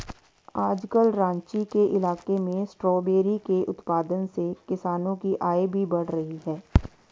आजकल राँची के इलाके में स्ट्रॉबेरी के उत्पादन से किसानों की आय भी बढ़ रही है